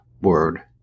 word